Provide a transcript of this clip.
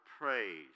praise